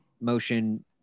motion